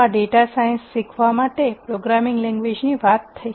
તો આ data science શીખવા માટે પ્રોગ્રામિંગ લેંગ્વેજની વાત થઈ